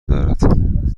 دارد